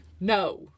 No